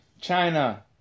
China